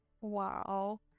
wow